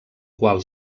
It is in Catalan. qual